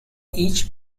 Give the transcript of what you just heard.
each